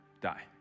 die